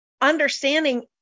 understanding